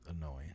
annoying